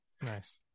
Nice